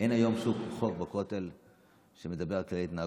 אין היום שום חוק בכותל שמדבר על כללי התנהגות,